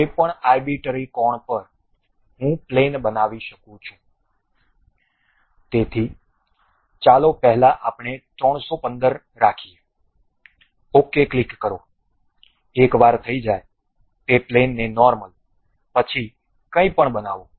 તેથી કોઈપણ આર્બિટ્રરી કોણ પર હું પ્લેન બનાવી શકું છું તેથી ચાલો પહેલા આપણે 315 રાખીએ OK ક્લિક કરો એકવાર થઈ જાય તે પ્લેનને નોર્મલ પછી કંઈપણ બનાવો